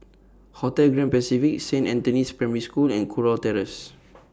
Hotel Grand Pacific Saint Anthony's Primary School and Kurau Terrace